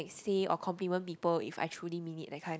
say or compliment people if I truly meet it that kind of